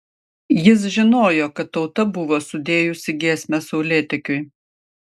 jis žinojo kad tauta buvo sudėjusi giesmę saulėtekiui